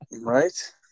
right